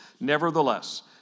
Nevertheless